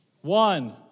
One